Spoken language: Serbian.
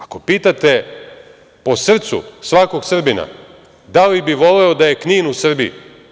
Ako pitate po srcu svakog Srbina, da li bi voleo da je Knin u Srbiji?